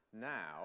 now